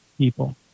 people